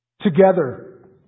Together